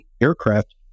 aircraft